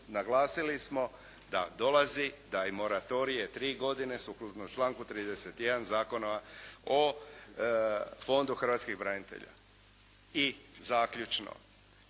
naglasili smo da dolazi, taj moratorij je tri godine sukladno članku 31. Zakona o Fondu hrvatskih branitelja. I zaključno